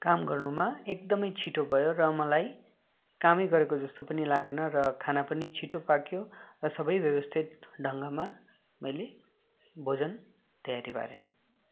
काम गर्नुमा एकदमै छिटो भयो र मलाई कामै गरेको जस्तो पनि लागेन र खाना पनि छिटो पाक्यो र सबै व्यवस्थित ढङ्गमा मैले भोजन तयारी पारेँ